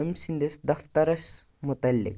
أمۍ سٕنٛدِس دفترَس مُتعلِق